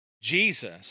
Jesus